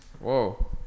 Whoa